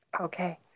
Okay